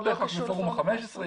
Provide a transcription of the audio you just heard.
לא בהכרח בפורום ה-15.